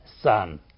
Son